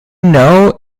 know